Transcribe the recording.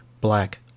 Black